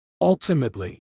Ultimately